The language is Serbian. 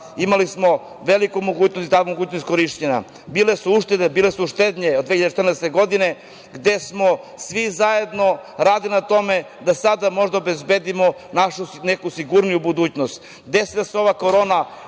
imali smo veliku mogućnost i ta mogućnost je iskorišćena. Bile su uštede, bile su štednje od 2014. godine, gde smo svi zajedno radili na tome da sada možemo da obezbedimo našu neku sigurniju budućnost. Desila se ova korona,